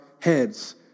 heads